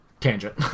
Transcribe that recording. tangent